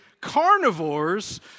carnivores